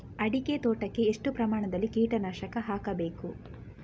ಅಡಿಕೆ ತೋಟಕ್ಕೆ ಎಷ್ಟು ಪ್ರಮಾಣದಲ್ಲಿ ಕೀಟನಾಶಕ ಹಾಕಬೇಕು?